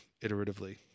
iteratively